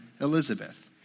Elizabeth